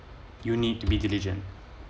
you need to be diligent